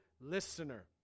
listener